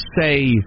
say